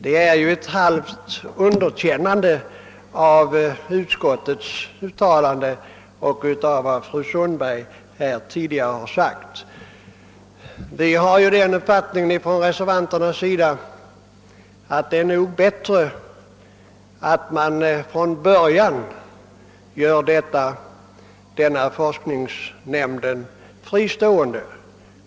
Detta är väl ett halvt underkännande av utskottets uttalande och av vad fru Sundberg här tidigare har sagt. Bland reservanterna har vi den uppfattningen, att det är bättre att redan från början göra denna forskningsnämnd fristående.